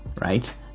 right